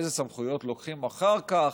איזה סמכויות לוקחים אחר כך,